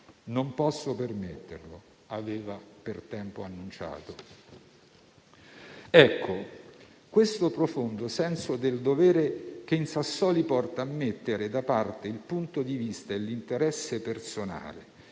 Non posso permetterlo», aveva per tempo annunciato. Questo profondo senso del dovere, che in Sassoli porta a mettere da parte il punto di vista e l'interesse personale